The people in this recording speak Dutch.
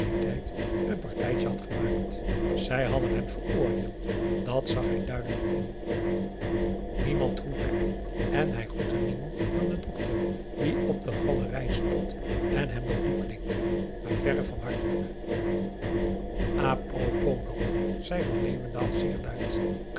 een partijtje had gemaakt zij hadden hem veroordeeld dat zag hij duidelijk in niemand groette hem en hij groette niemand dan den dokter die op de galerij stond en hem wel toeknikte maar verre van hartelijk a propos dokter zei van leeuwendaal zeer luid